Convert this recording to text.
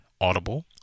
Audible